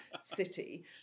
city